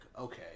okay